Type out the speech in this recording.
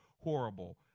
horrible